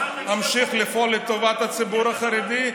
אמשיך לפעול לטובת הציבור החרדי.